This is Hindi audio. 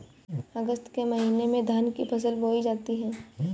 अगस्त के महीने में धान की फसल बोई जाती हैं